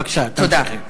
בבקשה, תמשיכי.